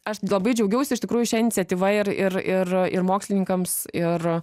aš labai džiaugiausi iš tikrųjų šia iniciatyva ir ir ir ir mokslininkams ir